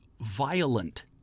violent